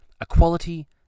equality